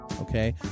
Okay